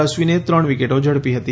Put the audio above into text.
અશ્વિને ત્રણ વિકેટો ઝડપી હતી